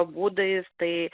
būdais tai